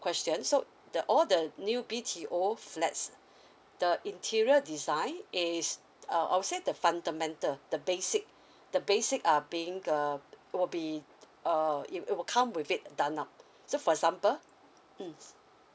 question so the all the new B_T_O flats the interior design is I would say the fundamental the basic the basic uh being uh will be uh it it will come with it done lah so for example mm